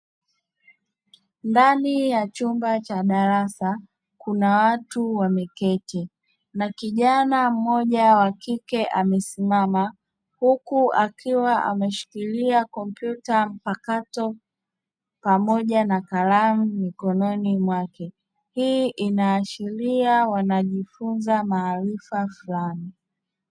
Ndani ya chumba cha darasa kuna watu wameketi na kijana mmoja wa kike amesimama, huku akiwa ameshikilia kompyuta mpakato pamoja na kalamu mikononi mwake. Hii inaashiria wanajifunza maarifa fulani.